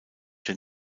den